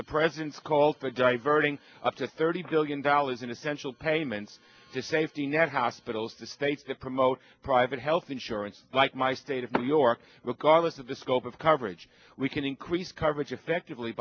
the president called for diverting up to thirty billion dollars in essential payments to safety net hospitals the states to promote private health insurance like my state of new york regardless of the scope of coverage we can increase coverage effectively